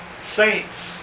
saints